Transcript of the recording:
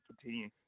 continue